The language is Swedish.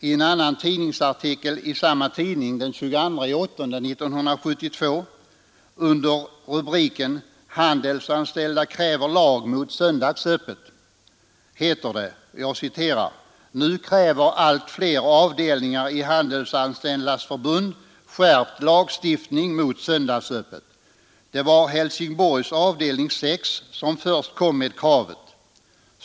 I en annan artikel i samma tidning den 22 augusti 1972 under rubriken ”Handelsanställda kräver lag mot söndags öppet” heter det: ”Nu kräver allt fler avdelningar i Handelsanställdas förbund skärpt lagstiftning mot söndagsöppet. Det var Helsingborgs avd. 6, som först kom med kravet.